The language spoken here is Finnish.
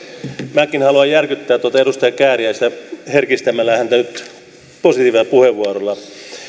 minäkin haluan järkyttää edustaja kääriäistä herkistämällä häntä nyt positiivisella puheenvuorolla